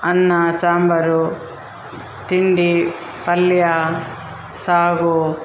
ಅನ್ನ ಸಾಂಬಾರು ತಿಂಡಿ ಪಲ್ಯ ಸಾಗು